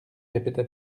répéta